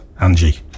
Angie